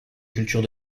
culture